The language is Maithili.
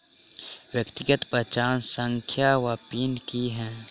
व्यक्तिगत पहचान संख्या वा पिन की है?